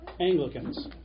Anglicans